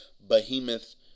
behemoth